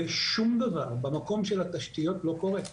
ושום דבר במקום של התשתיות לא קורה.